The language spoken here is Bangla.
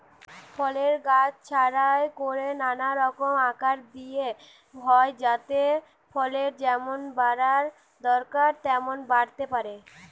ফলের গাছ ছাঁটাই কোরে নানা রকম আকার দিয়া হয় যাতে ফলের যেমন বাড়া দরকার তেমন বাড়তে পারে